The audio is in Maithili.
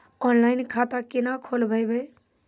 ऑनलाइन खाता केना खोलभैबै?